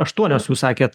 aštuonios jūs sakėt